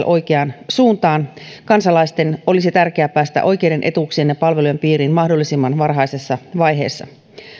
oikeaan suuntaan kansalaisten olisi tärkeä päästä oikeiden etuuksien ja palvelujen piiriin mahdollisimman varhaisessa vaiheessa